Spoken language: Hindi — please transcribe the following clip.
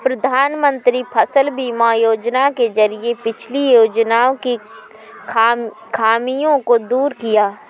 प्रधानमंत्री फसल बीमा योजना के जरिये पिछली योजनाओं की खामियों को दूर किया